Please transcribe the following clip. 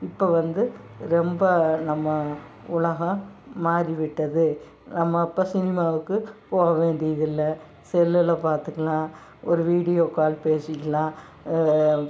இப்போ வந்து ரொம்ப நம்ம உலகம் மாறிவிட்டது நம்ம அப்போ சினிமாவுக்கு போக வேண்டியதில்ல செல்லில் பார்த்துக்கலாம் ஒரு வீடியோ கால் பேசிக்கலாம்